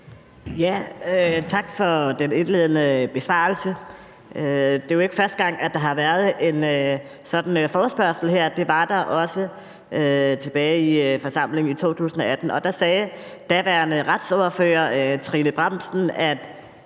Tak for den indledende besvarelse. Det er jo ikke første gang, at der har været sådan en forespørgsel her – det var der også tilbage i forsamlingen i 2018. Der sagde daværende retsordfører Trine Bramsen, at